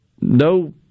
no